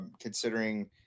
considering